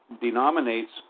denominates